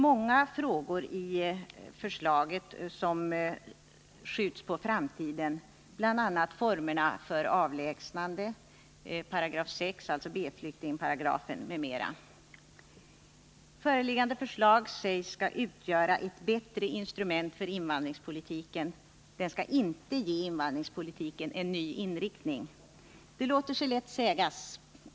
Många frågor skjuts i förslaget på framtiden, bl.a. formerna för avlägsnande, 6§, alltså B flyktingparagrafen. Föreliggande lagförslag skall, sägs det, utgöra ett bättre instrument för invandringspolitiken — den nya lagen skall inte ge invandringspolitiken en ny inriktning. Detta låter sig lätt sägas.